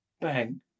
bang